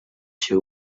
two